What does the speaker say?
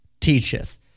teacheth